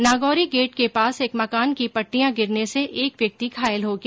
Nagauri gate के पास एक मकान की पट्टियां गिरने से एक व्यक्ति घायल हो गया